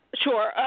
Sure